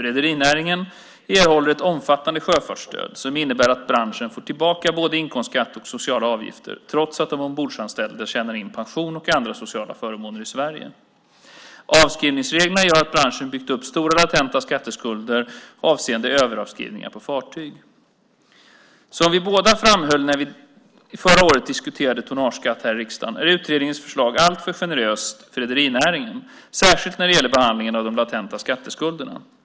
Rederinäringen erhåller ett omfattande sjöfartsstöd, som innebär att branschen får tillbaka både inkomstskatt och socialavgifter trots att de ombordanställda tjänar in pension och andra sociala förmåner i Sverige. Avskrivningsreglerna gör att branschen byggt upp stora latenta skatteskulder avseende överavskrivningar på fartyg. Som vi båda framhöll när vi förra året diskuterade tonnageskatt här i riksdagen är utredningens förslag alltför generöst för rederinäringen, särskilt när det gäller behandlingen av de latenta skatteskulderna.